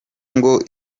ngo